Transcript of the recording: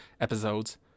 episodes